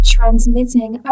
Transmitting